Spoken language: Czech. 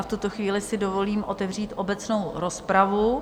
V tuto chvíli si dovolím otevřít obecnou rozpravu.